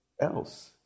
else